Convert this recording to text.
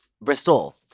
Bristol